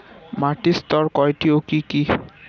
মাটির স্তর কয়টি ও কি কি?